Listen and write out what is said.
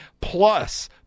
Plus